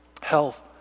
health